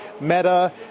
Meta